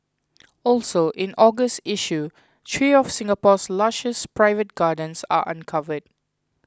also in August issue three of Singapore's lushest private gardens are uncovered